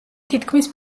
თითქმის